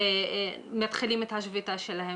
מתחילים את השביתה שלהם.